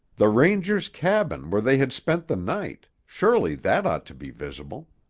the ranger's cabin where they had spent the night, surely that ought to be visible.